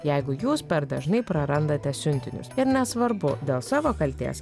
jeigu jūs per dažnai prarandate siuntinius ir nesvarbu dėl savo kaltės